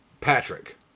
Patrick